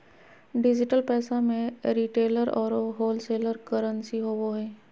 digital पैसा में retailer औरो होलसेलर करंसी होवो हइ